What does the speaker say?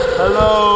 hello